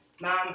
mom